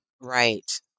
Right